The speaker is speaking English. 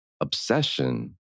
obsession